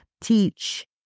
teach